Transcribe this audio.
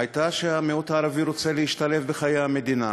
היה שהמיעוט הערבי רוצה להשתלב בחיי המדינה.